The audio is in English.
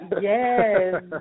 Yes